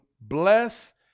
bless